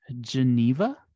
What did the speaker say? Geneva